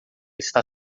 está